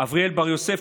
אבריאל בר-יוסף,